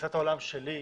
בתפיסת העולם שלי,